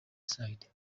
side